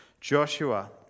Joshua